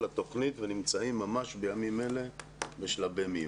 לתוכנית ונמצאים ממדש בימים אלה בשלבי מיון.